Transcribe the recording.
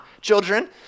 children